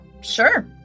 Sure